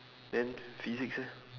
then physics eh